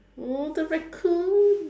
oh the Raccoon